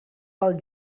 pel